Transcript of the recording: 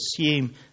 assume